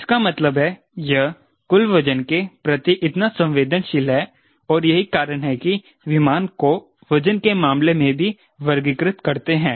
इसका मतलब है यह कुल वजन के प्रति इतना संवेदनशील है और यही कारण है कि विमान को वजन के मामले में भी वर्गीकृत करते है